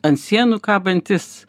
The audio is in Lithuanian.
ant sienų kabantys